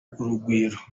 urugwiro